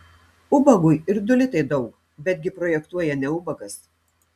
ubagui ir du litai daug betgi projektuoja ne ubagas